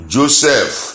Joseph